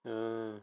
mm